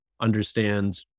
understand